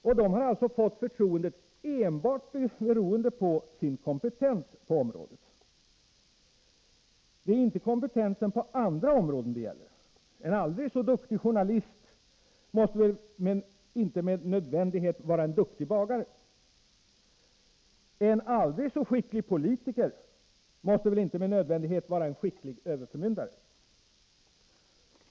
Dessa har alltså fått förtroendet enbart beroende på sin kompetens på området. Det är inte kompetensen på andra områden det gäller. En aldrig så skicklig journalist måste inte med nödvändighet vara en duktig bagare. En aldrig så skicklig politiker måste väl inte med nödvändighet vara en skicklig överförmyndare.